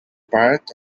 part